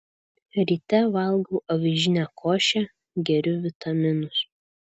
ryte valgau avižinę košę geriu vitaminus